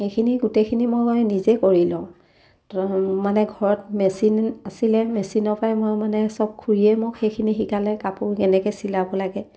সেইখিনি গোটেইখিনি মই নিজে কৰি লওঁ মানে ঘৰত মেচিন আছিলে মেচিনৰ পৰাই মই মানে সব খুৰীয়ে মোক সেইখিনি শিকালে কাপোৰ কেনেকৈ চিলাব লাগে